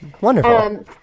Wonderful